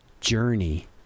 journey